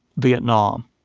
vietnam,